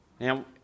Now